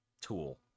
tool